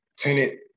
Tenant